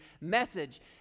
message